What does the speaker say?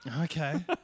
Okay